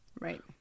Right